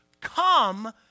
come